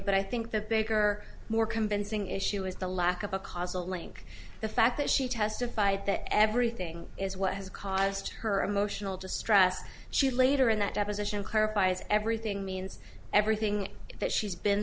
but i think the bigger more convincing issue is the lack of a causal link the fact that she testified that everything is what has caused her emotional distress she later in that deposition clarifies everything means everything that she's been